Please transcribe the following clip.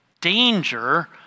danger